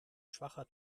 schwacher